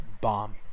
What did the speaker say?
bomb